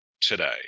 today